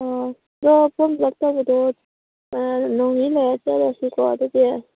ꯑꯗꯣ form fill up ꯇꯧꯕꯗꯣ ꯅꯣꯡ ꯅꯤꯅꯤ ꯂꯩꯔ ꯆꯠꯂꯁꯤꯀꯣ ꯑꯗꯨꯗꯤ